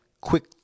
quick